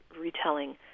retelling